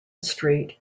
street